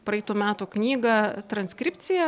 praeitų metų knygą transkripcija